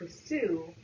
pursue